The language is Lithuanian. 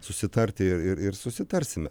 susitarti ir ir ir susitarsime